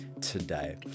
today